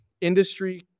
industry